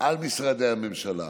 אחר משרדי הממשלה,